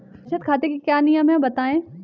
बचत खाते के क्या नियम हैं बताएँ?